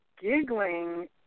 giggling